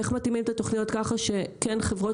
איך מתאימים את התוכניות ככה שכן חברות